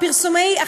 פרסומאי,